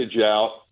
out